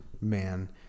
man